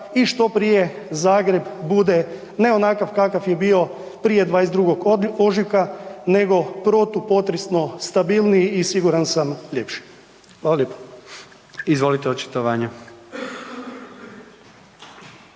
i što prije Zagreb bude ne onakav kakav je bio prije 22. ožujka, nego protupotresno stabilniji i siguran sam ljepši. Hvala lijepo. **Jandroković,